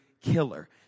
killer